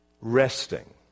Resting